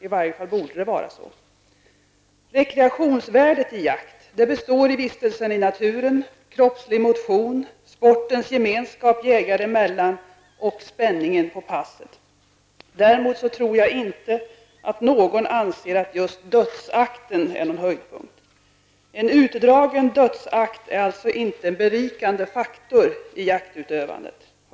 I varje fall borde det vara så. Rekreationsvärdet i jakt består i vistelsen i naturen, kroppslig motion, sportens gemenskap jägare emellan och spänningen på passet. Däremot tror jag inte att någon anser att just dödsakten är någon höjdpunkt. En utdragen dödsakt är inte någon berikande faktor i jaktutövandet.